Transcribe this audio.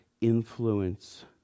influence